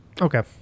Okay